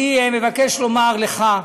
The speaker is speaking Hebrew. אני מבקש לומר לך,